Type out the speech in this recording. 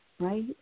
right